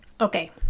okay